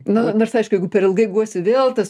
na nors aišku jeigu per ilgai guosi vėl tas